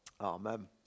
Amen